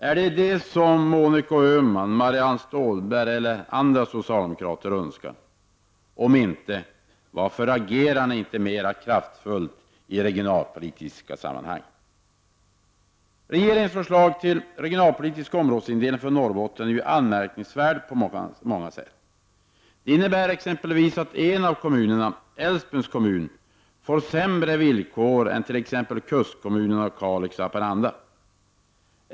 Är det detta som Monica Öhman, Marianne Stålberg och andra socialdemokrater önskar? Om inte, varför agerar ni inte mera kraftfullt i regionalpolitiska sammanhang? Regeringens förslag till regionalpolitisk områdesindelning för Norrbotten är anmärkningsvärt på många sätt. Det innebär exempelvis att en av kommunerna, Älvsbyns kommun, får sämre villkor än t.ex. kustkommunerna Kalix och Haparanda.